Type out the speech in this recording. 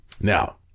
Now